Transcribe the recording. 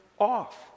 off